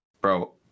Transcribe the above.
bro